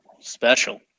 Special